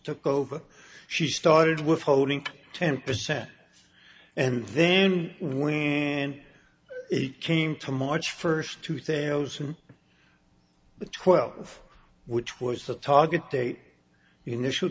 took over she started withholding ten percent and then when it came to march first two thousand and twelve which was the target date initial